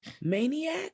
Maniac